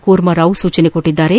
ಕೂರ್ಮಾರಾವ್ ಸೂಚಿಸಿದ್ದಾರೆ